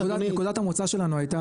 נקודת המוצא שלנו הייתה,